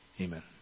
Amen